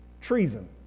treason